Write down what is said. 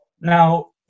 Now